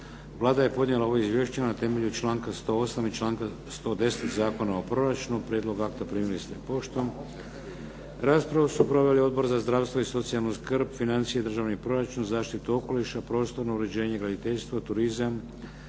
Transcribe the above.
Vlada je podnijela ovo izvješće na temelju članka 108. i članka 110. Zakona o proračunu. Prijedlog akta primili ste poštom. Raspravu su proveli Odbor za zdravstvo i socijalnu skrb, financije, državni proračun, zaštitu okoliša, prostorno uređenje i graditeljstvo, turizam,